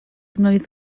mlwydd